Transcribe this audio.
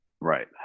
Right